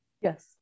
yes